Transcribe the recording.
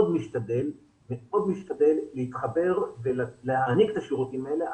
משתדל להתחבר ולהעניק את השירותים האלה.